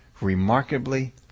remarkably